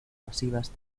masivas